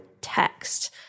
text